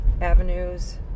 avenues